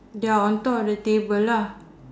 they're on top of the table lah